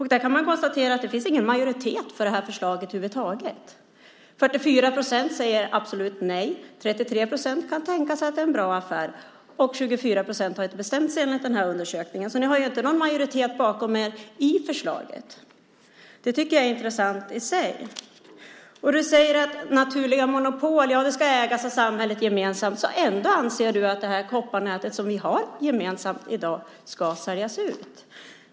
I den konstateras att det inte finns någon majoritet för det här förslaget över huvud taget. 44 procent säger absolut nej. 33 procent kan tänka sig att det är en bra affär. 24 procent har inte bestämt sig enligt den här undersökningen. Så ni har ju ingen majoritet bakom er för förslaget. Det tycker jag är intressant i sig. Du säger att naturliga monopol ska ägas av samhället gemensamt. Ändå anser du att det kopparnät som vi har gemensamt i dag ska säljas ut.